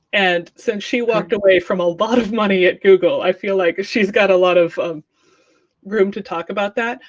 and since she walked away from a a lot of money at google, i feel like she's got a lot of of room to talk about that.